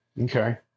Okay